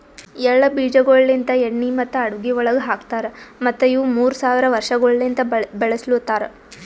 ಎಳ್ಳ ಬೀಜಗೊಳ್ ಲಿಂತ್ ಎಣ್ಣಿ ಮತ್ತ ಅಡುಗಿ ಒಳಗ್ ಹಾಕತಾರ್ ಮತ್ತ ಇವು ಮೂರ್ ಸಾವಿರ ವರ್ಷಗೊಳಲಿಂತ್ ಬೆಳುಸಲತಾರ್